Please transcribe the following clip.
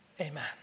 amen